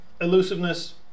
elusiveness